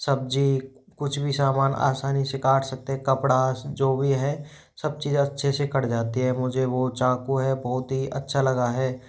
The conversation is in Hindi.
सब्ज़ी कुछ भी सामान आसानी से काट सकते हैं कपड़ा जो भी है सब चीज़ अच्छे से कट जाती है मुझे वो चाकू है बहुत ही अच्छा लगा है